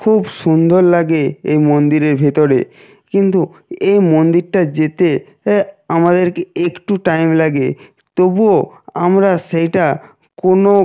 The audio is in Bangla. খুব সুন্দর লাগে এই মন্দিরের ভেতরে কিন্তু এই মন্দিরটা যেতে আমাদেরকে একটু টাইম লাগে তবুও আমরা সেইটা কোনো